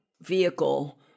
vehicle